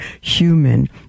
human